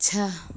छः